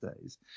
days